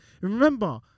remember